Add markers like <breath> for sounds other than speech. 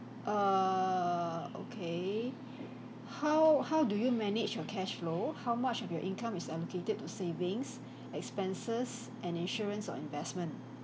err okay <breath> how how do you manage your cash flow how much of your income is allocated to savings <breath> expenses and insurance or investment